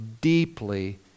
deeply